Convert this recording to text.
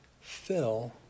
fill